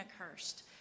accursed